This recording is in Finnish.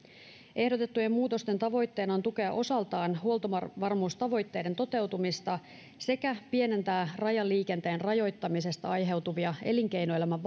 ehdotettujen muutosten tavoitteena on tukea osaltaan huoltovarmuustavoitteiden toteutumista sekä pienentää rajaliikenteen rajoittamisesta aiheutuvia elinkeinoelämän